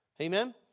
Amen